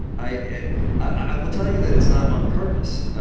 i i will tell you that it's not on purpose.